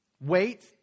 wait